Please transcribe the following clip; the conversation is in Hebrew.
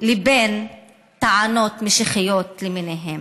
לבין טענות משיחיות למיניהן.